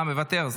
מוותר,